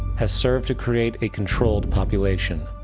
has served to create a controlled population,